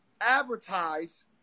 advertise